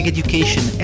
Education